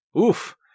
Oof